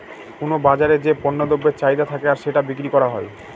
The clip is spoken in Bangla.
কোনো বাজারে যে পণ্য দ্রব্যের চাহিদা থাকে আর সেটা বিক্রি করা হয়